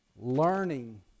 learning